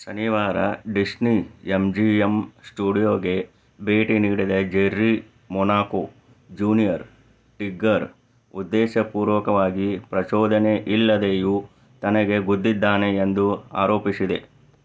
ಶನಿವಾರ Disney M G M ಸ್ಟುಡಿಯೋಗೆ ಭೇಟಿ ನೀಡಿದ ಜೆರ್ರಿ ಮೊನಾಕೊ ಜೂನಿಯರ್ ಟಿಗ್ಗರ್ ಉದ್ದೇಶಪೂರ್ವಕವಾಗಿ ಪ್ರಚೋದನೆಯಿಲ್ಲದೆಯೂ ತನಗೆ ಗುದ್ದಿದ್ದಾನೆ ಎಂದು ಆರೋಪಿಸಿದೆ